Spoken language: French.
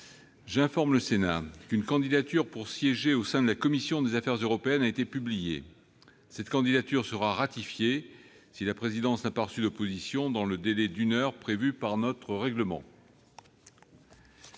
J'informe le Sénat qu'une candidature pour siéger au sein de la commission des affaires européennes a été publiée. Cette candidature sera ratifiée si la présidence n'a pas reçu d'opposition dans le délai d'une heure prévu par notre règlement.